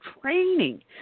training